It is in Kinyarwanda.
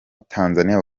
tanzania